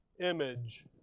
image